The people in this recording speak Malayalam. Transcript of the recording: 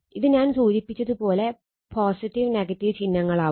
ഇത് ഞാൻ സൂചിപ്പിച്ചത് പോലെ ചിഹ്നങ്ങളാവും